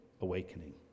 awakening